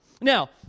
Now